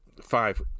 five